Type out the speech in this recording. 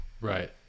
Right